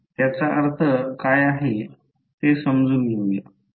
त्याचा अर्थ काय आहे ते समजून घेऊ या